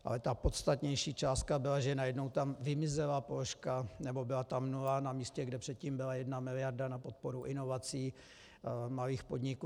Ale ta podstatnější částka byla, že najednou tam vymizela položka, nebo byla tam nula na místě, kde předtím byla jedna miliarda na podporu inovací malých podniků.